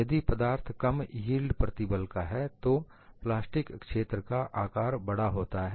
यदि पदार्थ कम यील्ड प्रतिबल का है तो प्लास्टिक क्षेत्र का आकार बड़ा होता है